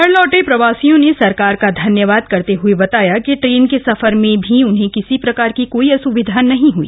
घर लौटे प्रवासियों ने सरकार का धन्यवाद करते हूए बताया की ट्रेन के सफर में भी उन्हें किसी प्रकार की अस्विधा नहीं हुई